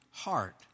heart